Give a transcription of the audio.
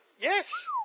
Yes